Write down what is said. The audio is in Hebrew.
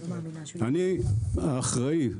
אני האחראי,